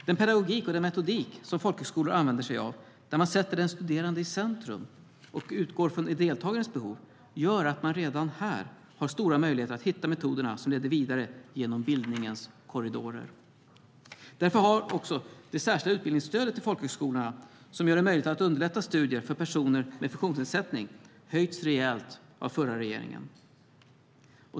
Den pedagogik och den metodik som folkhögskolor använder sig av, där man sätter den studerande i centrum och utgår från deltagarens behov, gör att man redan där har stora möjligheter att hitta metoder som leder vidare genom bildningens korridorer. Därför har också det särskilda utbildningsstödet till folkhögskolorna, som gör det möjligt att underlätta studier för personer med funktionsnedsättning, höjts rejält av den förra regeringen.